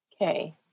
Okay